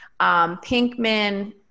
Pinkman